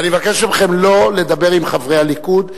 אני מבקש מכם לא לדבר עם חברי הליכוד,